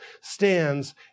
stands